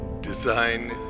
design